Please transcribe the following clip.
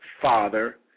father